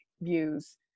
views